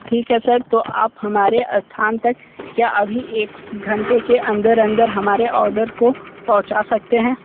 ठीक है सर तो आप हमारे स्थान तक क्या अभी एक घंटे के अंदर अंदर हमारे ऑर्डर को पहुँचा सकते हैं